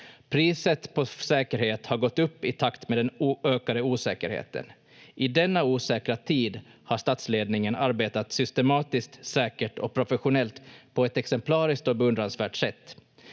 Priset på säkerhet har gått upp i takt med den ökade osäkerheten. I denna osäkra tid har statsledningen arbetat systematiskt, säkert och professionellt på ett exemplariskt och beundransvärt sätt.